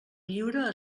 lliure